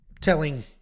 telling